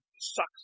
sucks